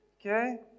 Okay